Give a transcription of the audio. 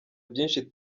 byinshi